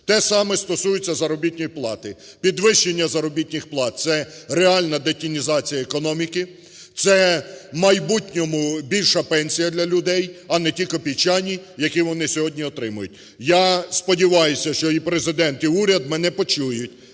Те саме стосується заробітної плати. Підвищення заробітних плат – це реальна детінізація економіки, це в майбутньому більша пенсія для людей, а не ті копійчані, які вони сьогодні отримують. Я сподіваюся, що і Президент, і уряд мене почують,